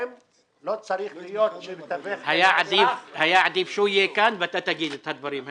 היה עדיף שהם יהיו כאן ואתה תגיד את הדברים האלה.